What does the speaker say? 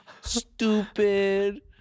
stupid